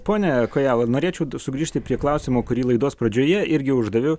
pone kojala norėčiau sugrįžti prie klausimo kurį laidos pradžioje irgi uždaviau